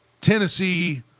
Tennessee